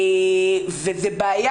וזו בעיה,